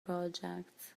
projects